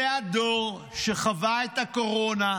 זה הדור שחווה את הקורונה,